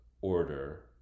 order